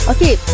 Okay